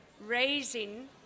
raising